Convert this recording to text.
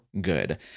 good